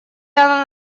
она